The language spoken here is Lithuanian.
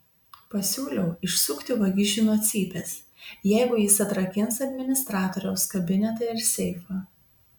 pasiūliau išsukti vagišių nuo cypės jeigu jis atrakins administratoriaus kabinetą ir seifą